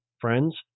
friends